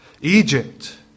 Egypt